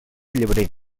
llebrer